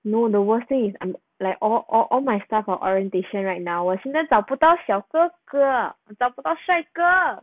no the worst thing is I'm like all all all my stuff for orientation right now 我现在找不到小哥哥我找不到帅哥